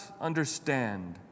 understand